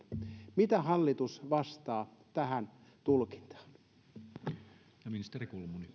mitä hallitus vastaa tähän tulkintaan